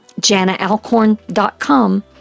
JanaAlcorn.com